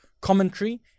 commentary